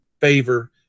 favor